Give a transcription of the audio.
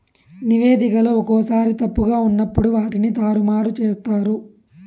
నివేదికలో ఒక్కోసారి తప్పుగా ఉన్నప్పుడు వాటిని తారుమారు చేత్తారు